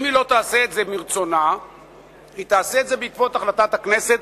אם היא לא תעשה את זה מרצונה היא תעשה את זה בעקבות החלטת הכנסת,